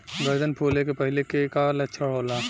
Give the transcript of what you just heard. गर्दन फुले के पहिले के का लक्षण होला?